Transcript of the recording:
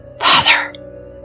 Father